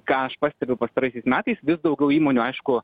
ką aš pastebiu pastaraisiais metais vis daugiau įmonių aišku